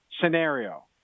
scenario